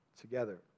together